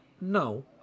no